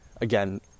again